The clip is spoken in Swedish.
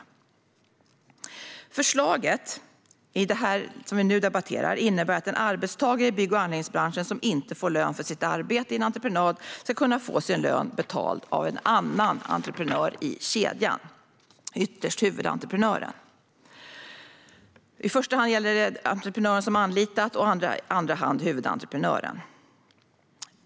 Det förslag som vi nu debatterar innebär att en arbetstagare i bygg och anläggningsbranschen som inte får lön för sitt arbete i en entreprenad ska kunna få sin lön betald av en annan entreprenör i kedjan och ytterst huvudentreprenören. I första hand gäller det entreprenören som anlitat och i andra hand huvudentreprenören.